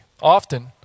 Often